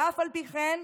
ואף על פי כן,